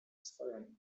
swoją